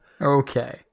okay